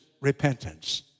repentance